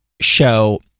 show